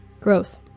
Gross